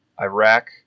Iraq